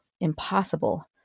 impossible